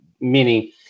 meaning